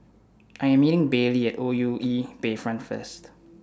I Am meeting Baylie At O U E Bayfront First